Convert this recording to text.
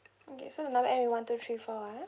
okay so the number end with one two three four ah